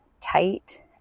tight